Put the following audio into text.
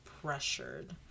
pressured